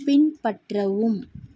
பின்பற்றவும்